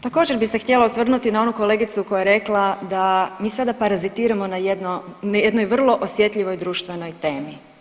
Također bih se htjela osvrnuti na onu kolegicu koja je rekla da mi sada parazitiramo na jednoj vrlo osjetljivoj društvenoj temi.